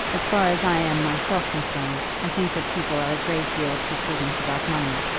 as far as i am myself concerned, i think that people are a great deal too prudent about money.